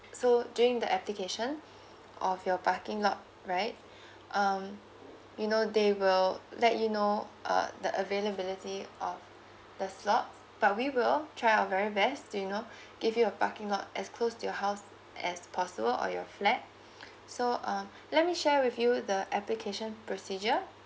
so during the application of your parking lot right um you know they will let you know uh the availability of the slots but we will try our very best to you know give you a parking lot as close to your house as possible or your flat so um let me share with you the application procedure